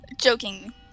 joking